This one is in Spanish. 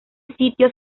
sitios